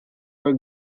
for